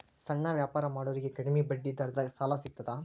ಸಣ್ಣ ವ್ಯಾಪಾರ ಮಾಡೋರಿಗೆ ಕಡಿಮಿ ಬಡ್ಡಿ ದರದಾಗ್ ಸಾಲಾ ಸಿಗ್ತದಾ?